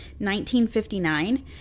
1959